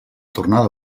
tornada